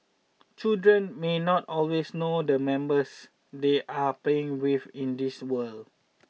children may not always know the members they are playing with in these worlds